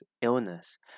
illness